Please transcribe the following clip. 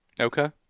Okay